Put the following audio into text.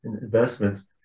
investments